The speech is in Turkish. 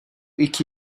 iki